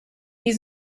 wie